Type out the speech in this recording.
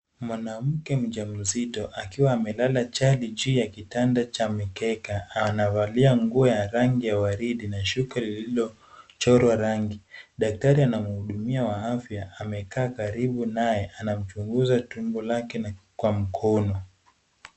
Mwanamke mjamzito akiwa amelala chali juu ya kitanda cha mikeka. Anavalia nguo ya rangi ya waridi na shuka lililochorwa rangi. Daktari anamhudumia wa afya amekaa karibu naye anamchunguza tumbo lake kwa mkono.